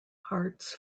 hearts